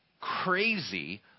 crazy